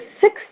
six